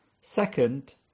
Second